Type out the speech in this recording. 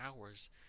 hours